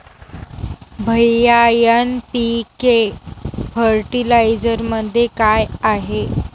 भैय्या एन.पी.के फर्टिलायझरमध्ये काय आहे?